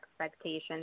expectations